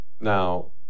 Now